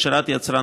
להשארת יצרן